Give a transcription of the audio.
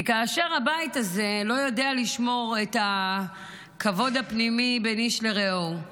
כי כאשר הבית הזה לא יודע לשמור את הכבוד הפנימי בין איש לרעהו,